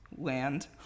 land